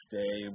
day